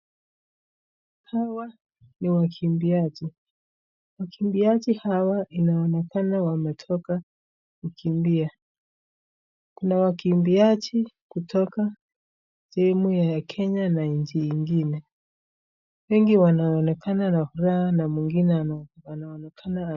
Hawa ni wakimbiaji. Wakimbiaji hawa inaonekana wametoka kukimbia. Kuna wakimbiaji kutoka sehemu ya Kenya na nchi ingine. Wengi wanaonekana na furaha na mwingine anaonekana